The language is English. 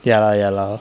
ya lah ya lah